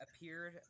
appeared